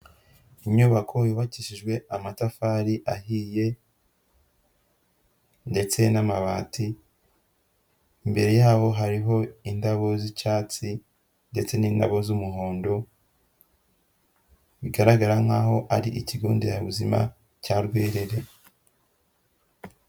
Inyubako yubakishijwe amatafari ahiye ndetse n'amabati, imbere yaho hariho indabo z'icyatsi ndetse n'indabo z'umuhondo, bigaragara nkaho ari ikigo nderabuzima cya Rwerere.